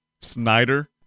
Snyder